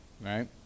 right